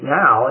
now